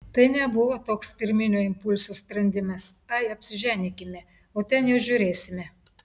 tai nebuvo toks pirminio impulso sprendimas ai apsiženykime o ten jau žiūrėsime